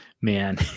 man